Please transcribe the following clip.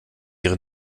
ihre